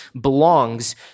belongs